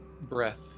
breath